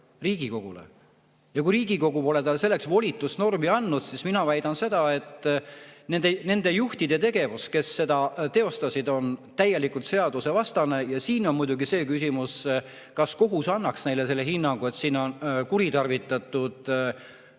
Riigikogule. Ja kui Riigikogu pole talle selleks volitusnormi andnud, siis mina väidan seda, et nende juhtide tegevus, kes selle teostasid, on täielikult seadusvastane. Ja siin on muidugi see küsimus, kas kohus annaks selle hinnangu, et rahalisi vahendeid on kuritarvitatud.